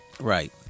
Right